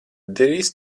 drīz